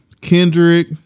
Kendrick